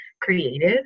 creative